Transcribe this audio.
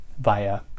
via